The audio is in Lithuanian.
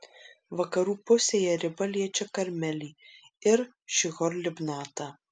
vakarų pusėje riba liečia karmelį ir šihor libnatą